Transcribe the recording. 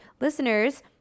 listeners